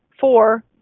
Four